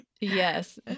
Yes